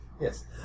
Yes